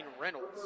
Reynolds